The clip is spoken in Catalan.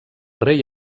rei